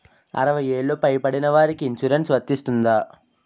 అరవై ఏళ్లు పై పడిన వారికి ఇన్సురెన్స్ వర్తిస్తుందా?